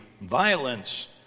violence